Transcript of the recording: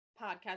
podcast